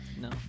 No